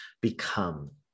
become